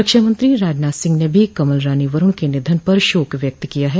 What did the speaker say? रक्षामंत्री राजनाथ सिंह ने भी कमल रानी वरूण के निधन पर शोक व्यक्त किया है